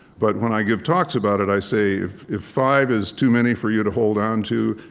but when i give talks about it, i say if if five is too many for you to hold onto,